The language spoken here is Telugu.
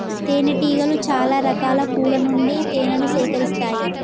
తేనె టీగలు చాల రకాల పూల నుండి తేనెను సేకరిస్తాయి